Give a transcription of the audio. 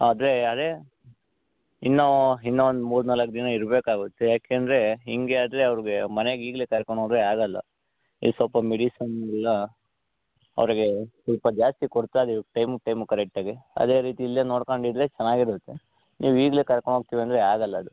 ಆದರೆ ಅದೇ ಇನ್ನು ಇನ್ನು ಒಂದು ಮೂರ್ನಾಲ್ಕು ದಿನ ಇರ್ಬೆಕು ಆಗುತ್ತೆ ಏಕೆಂದರೆ ಹೀಗೆ ಆದರೆ ಅವರಿಗೆ ಮನೆಗೆ ಈಗಲೇ ಕರ್ಕೊಂಡು ಹೋದರೆ ಆಗೋಲ್ಲ ಈ ಸ್ವಲ್ಪ ಮೆಡಿಸನ್ ಎಲ್ಲ ಅವರಿಗೆ ಸ್ವಲ್ಪ ಜಾಸ್ತಿ ಕೊಡ್ತಾ ಇರಿ ಟೈಮು ಟೈಮು ಕರೆಕ್ಟಾಗಿ ಅದೇ ರೀತಿ ಇಲ್ಲೇ ನೋಡ್ಕೊಂದಿದ್ದರೆ ಚೆನ್ನಾಗಿರುತ್ತೆ ನೀವು ಈಗಲೇ ಕರ್ಕೊಂಡು ಹೋಗ್ತೀವಿ ಅಂದರೆ ಆಗೊಲ್ಲ ಅದು